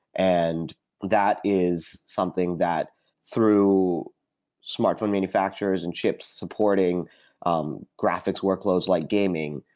and that is something that through smartphone manufacturers and chips supporting um graphics workloads, like gaming,